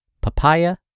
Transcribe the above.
papaya